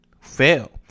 fail